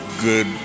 good